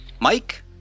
mike